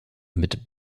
mit